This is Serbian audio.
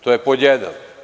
To je pod jedan.